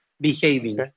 behaving